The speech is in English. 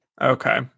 Okay